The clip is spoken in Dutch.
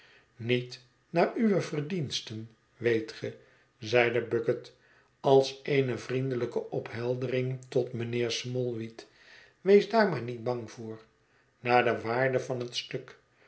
niet naar uwe verdiensten weet ge zeide bucket als eene vriendelijke opheldering tot mijnheer smallweed wees daar maar niet bang voor naar de waarde van het stuk